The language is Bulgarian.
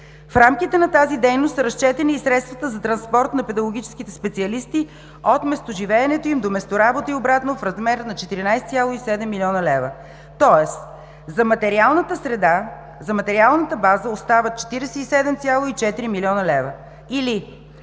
В рамките на тази дейност са разчетени и средствата за транспорт на педагогическите специалисти от местоживеенето им до местоработата и обратно в размер на 14,7 млн. лв., тоест за материалната база остават 47,4 млн. лв., или